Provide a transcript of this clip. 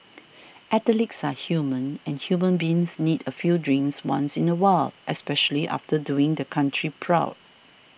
athletes are human and human beings need a few drinks once in a while especially after doing the country proud